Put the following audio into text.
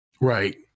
right